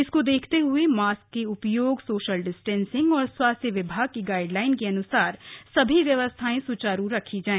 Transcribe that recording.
इसको देखते हुए मास्क के उपयोग सोशल डिस्टेंसिंग और स्वास्थ्य विभाग की गाइडलाईन के अन्सार सभी व्यवस्थाएं स्चारु रखी जाय